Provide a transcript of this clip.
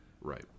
Right